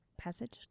passage